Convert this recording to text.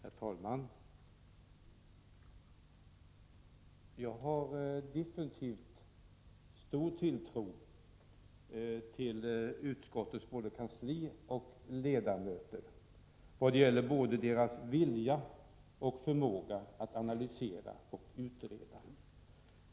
Herr talman! Jag har definitivt stor tilltro till utskottes både kansli och ledamöter i vad gäller såväl deras vilja som deras förmåga att analysera och utreda.